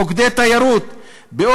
מוקדי תיירות ועוד,